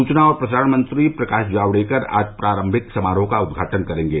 सूचना और प्रसारण मंत्री प्रकाष्ट जाबड़ेकर आज प्रारंभिक समारोह का उद्घाटन करेंगे